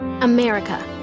America